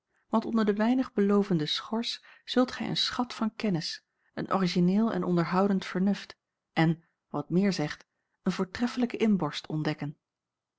want onder de weinig belovende schors zult gij een schat van kennis een origineel en onderhoudend vernuft en wat meer zegt een voortreffelijke inborst ontdekken